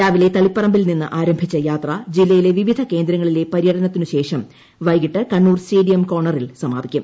രാവിലെ തളിപ്പറംബിൽ നിന്ന് ആരംഭിച്ച യാത്ര ജില്ലയിലെ വിവിധ കേന്ദ്രങ്ങളിലെ പര്യടനത്തിനു ശേഷം വൈകിട്ട് കണ്ണൂർ സ്റ്റേഡിയം കോർണറിൽ സമാപിക്കും